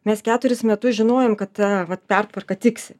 mes keturis metus žinojom kad vat pertvarka tiksi